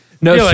no